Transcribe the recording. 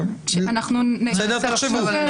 - תחשבו,